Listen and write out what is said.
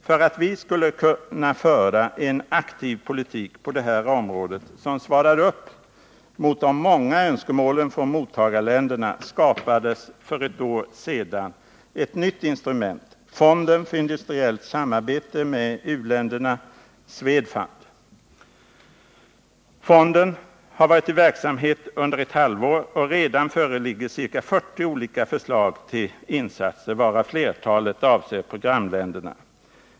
För att vi skulle kunna föra en aktiv politik på det här området, som svarar upp mot de många önskemålen från mottagarländerna, skapades för ett år sedan ett nytt instrument, fonden för industriellt samarbete med u-länderna, SNEDFUND. Fonden har varit i verksamhet under ett halvår, och redan föreligger ca 40 olika förslag till insatser, varav flertalet avser programländerna.